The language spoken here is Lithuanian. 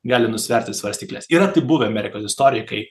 gali nusverti svarstykles yra taip buvę amerikos istorijoj kai